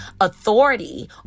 authority